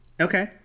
Okay